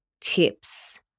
tips